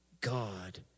God